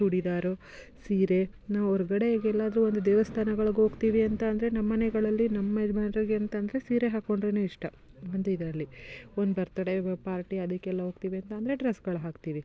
ಚೂಡಿದಾರು ಸೀರೆ ನಾವು ಹೊರ್ಗಡೆಗೆಲ್ಲಾದರೂ ಒಂದು ದೇವಸ್ಥಾನಗಳಿಗ್ಹೋಗ್ತಿವಿ ಅಂತ ಅಂದರೆ ನಮ್ಮ ಮನೆಗಳಲ್ಲಿ ನಮ್ಮ ಯಜಮಾನ್ರಿಗೆ ಅಂತಂದರೆ ಸೀರೆ ಹಾಕೊಂಡ್ರೆ ಇಷ್ಟಒಂದು ಇದರಲ್ಲಿ ಒಂದು ಬರ್ತಡೆ ಪಾರ್ಟಿ ಅದಕ್ಕೆಲ್ಲ ಹೋಗ್ತೀವಿ ಅಂತಂದರೆ ಡ್ರಸ್ಸುಗಳು ಹಾಕ್ತೀವಿ